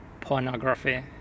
pornography